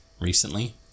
recently